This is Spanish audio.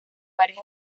varias